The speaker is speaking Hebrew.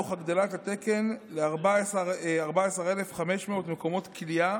תוך הגדלת התקן ל-14,500 מקומות כליאה,